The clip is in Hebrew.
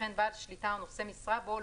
וכן בעל שליטה או נושא משרה בו,